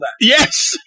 Yes